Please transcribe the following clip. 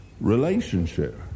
relationship